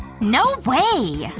no way.